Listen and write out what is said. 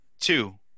two